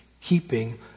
keeping